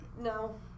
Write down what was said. No